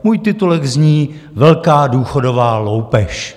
Můj titulek zní: Velká důchodová loupež.